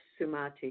Sumati